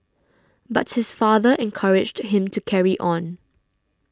but his father encouraged him to carry on